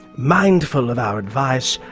mindful of our advice,